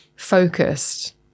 focused